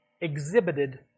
exhibited